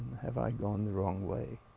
have i gone the wrong way